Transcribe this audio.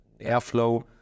airflow